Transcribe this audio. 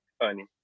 funny